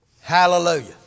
Hallelujah